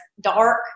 dark